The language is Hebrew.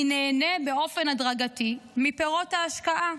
כי נהנה באופן הדרגתי מפירות ההשקעה.